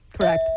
correct